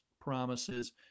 promises